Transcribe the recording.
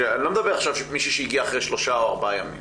אני לא מדבר על מישהי שהגיעה אחרי שלושה או ארבעה ימים.